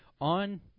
on